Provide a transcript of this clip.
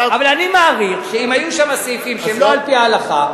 אבל אני מעריך שאם היו שם סעיפים שהם לא על-פי ההלכה,